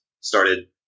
started